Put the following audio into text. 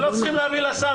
הם לא צריכים להעביר לשר.